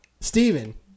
Stephen